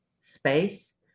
space